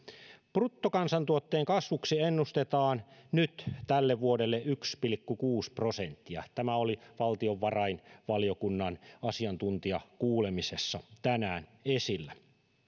bruttokansantuotteen kasvuksi ennustetaan nyt tälle vuodelle yksi pilkku kuusi prosenttia tämä oli valtiovarainvaliokunnan asiantuntijakuulemisessa tänään esillä